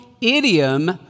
idiom